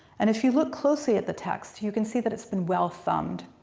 and if you look closely at the text, you can see that it's been well thumbed.